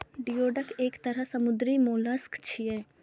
geoduck एक तरह समुद्री मोलस्क छियै